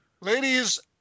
Ladies